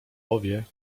powie